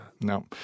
No